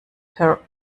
her